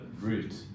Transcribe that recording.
route